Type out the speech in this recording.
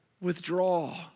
withdraw